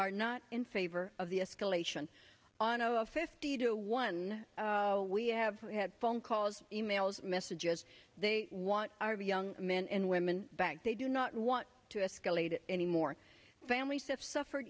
are not in favor of the escalation on of fifty to one we have had phone calls e mails messages they want our of young men and women back they do not want to escalate it anymore families that suffered